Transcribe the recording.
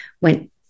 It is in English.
went